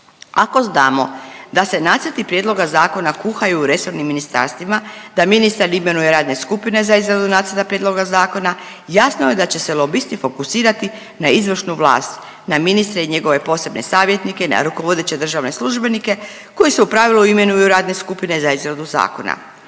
Ako znamo da se Nacrti prijedloga zakona kuhaju u resornim ministarstvima, da ministar imenuje radne skupine za izradu Nacrta prijedloga zakona, jasno je da će se lobisti fokusirati na izvršnu vlast, na ministre i njegove posebne savjetnike, na rukovodeće državne službenike koji se u pravilu imenuju u radne skupine za izradu zakona.